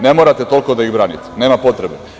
Ne morate toliko da ih branite, nema potrebe.